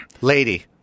Lady